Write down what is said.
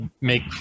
make